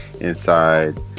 inside